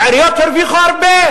העיריות הרוויחו הרבה